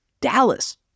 Dallas